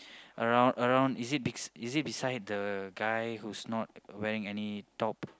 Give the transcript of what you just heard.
around around is it bes~ is it beside the guy who's not wearing any top